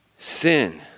Sin